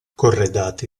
corredati